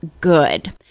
good